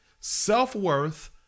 self-worth